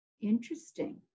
Interesting